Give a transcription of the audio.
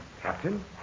Captain